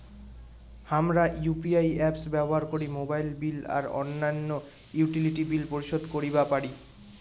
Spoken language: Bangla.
হামরা ইউ.পি.আই অ্যাপস ব্যবহার করি মোবাইল বিল আর অইন্যান্য ইউটিলিটি বিল পরিশোধ করিবা পারি